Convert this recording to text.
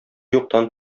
юктан